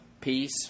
peace